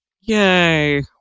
Yay